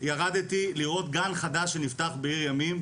ירדתי לראות גן חדש שנפתח בעיר ימים,